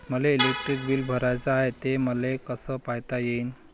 मले electric bill भराचं हाय, ते मले कस पायता येईन?